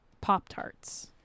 Pop-Tarts